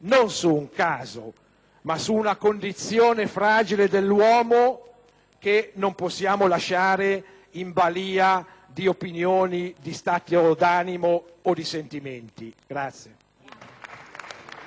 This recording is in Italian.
ma su una condizione fragile dell'uomo che non possiamo lasciare in balìa di opinioni, di stati d'animo o di sentimenti.